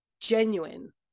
genuine